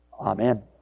Amen